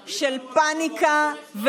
כזה שילוב של פניקה ויהירות.